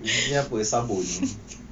you ingat apa sabun